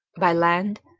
by land,